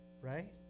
right